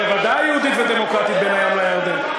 יהודית ודמוקרטית בין הים לירדן?